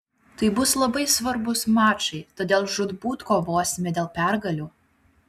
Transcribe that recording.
tai bus labai svarbūs mačai todėl žūtbūt kovosime dėl pergalių